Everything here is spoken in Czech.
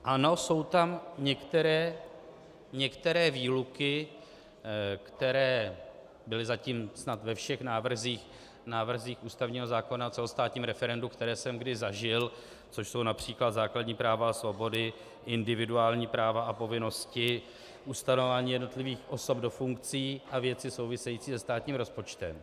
Ano, jsou tam některé výluky, které byly zatím snad ve všech návrzích ústavního zákona o celostátním referendu, které jsem kdy zažil, což jsou například základní práva a svobody, individuální práva a povinnosti, ustanovování jednotlivých osob do funkcí a věci související se státním rozpočtem.